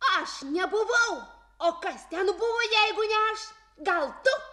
aš nebuvau o kas ten buvo jeigu ne aš gal tu